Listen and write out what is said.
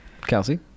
Kelsey